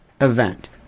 event